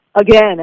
again